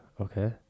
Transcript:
okay